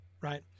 right